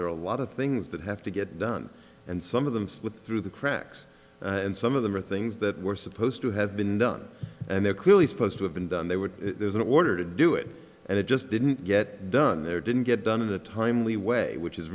there are a lot of things that have to get done and some of them slip through the cracks and some of them are things that were supposed to have been done and they're clearly supposed to have been done they would there's an order to do it and it just didn't get done there didn't get done in a timely way which is